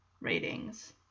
ratings